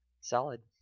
Solid